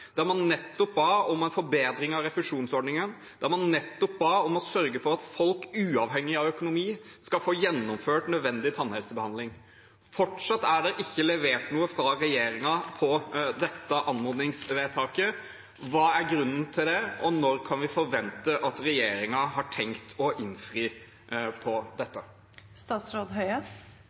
der man nettopp ba om en forbedring av refusjonsordningen, der man nettopp ba om å sørge for at folk, uavhengig av økonomi, skal få gjennomført nødvendig tannhelsebehandling. Fortsatt er det ikke levert noe fra regjeringen på dette anmodningsvedtaket. Hva er grunnen til det, og når kan vi forvente at regjeringen har tenkt å innfri på